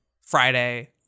friday